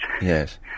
Yes